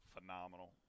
phenomenal